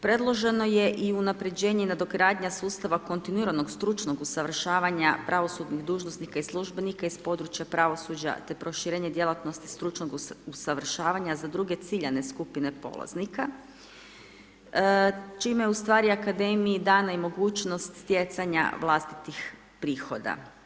Predloženo je i unapređenje i nadogradnja sustava kontinuiranog stručnog usavršavanja pravosudnih dužnosnika i službenika iz područja pravosuđa te proširenje djelatnosti stručnog usavršavanja za druge ciljane skupine polaznika čime je u stvari akademiji dana i mogućnost stjecanja vlastitih prihoda.